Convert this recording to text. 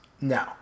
No